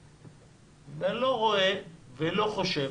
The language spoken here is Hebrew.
ואני לא רואה ואני לא חושב